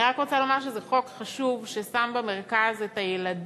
אני רק רוצה לומר שזה חוק חשוב ששם במרכז את הילדים,